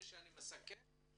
אני יכול להגיב?